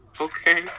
Okay